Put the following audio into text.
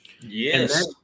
Yes